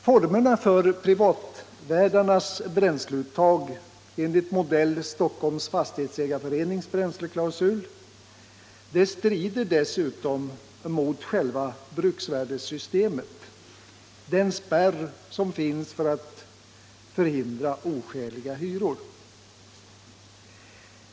Formerna för privatvärdarnas bränsleuttag enligt modell ”Stockholms Fastighetsägareförenings bränsleklausul” strider dessutom mot själva bruksvärdessystemet — den spärr som finns för att hindra oskäliga hyror.